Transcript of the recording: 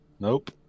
Nope